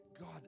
God